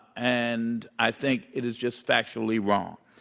and i think it is just factually wrong.